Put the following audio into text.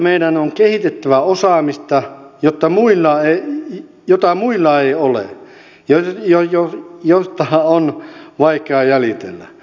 meidän on kehitettävä osaamista jota muilla ei ole ja jota on vaikea jäljitellä